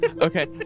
okay